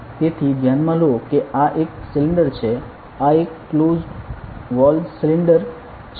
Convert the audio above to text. તેથી ધ્યાનમાં લો કે આ એક સિલિન્ડર છે આ એક ક્લોજ્ડ વોલ સિલિન્ડર છે